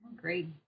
Great